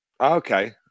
Okay